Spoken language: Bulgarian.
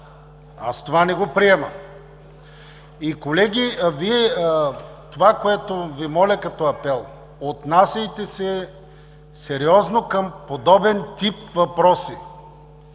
Аз това не го приемам! Колеги, това, което Ви моля, като апел: отнасяйте се сериозно към подобен тип въпроси!